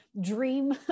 dream